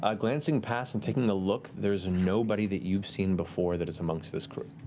ah glancing past and taking a look there's nobody that you've seen before that is amongst this crew.